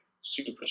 super